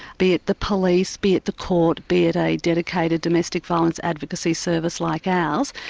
be it the police, be it the court, be it a dedicated domestic violence advocacy service like ours,